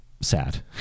sad